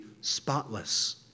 spotless